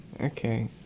Okay